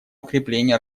укрепление